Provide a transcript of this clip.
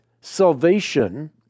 salvation